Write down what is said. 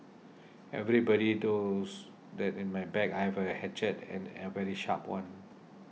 everybody knows that in my bag I have a hatchet and a very sharp one